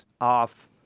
off